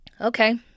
Okay